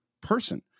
person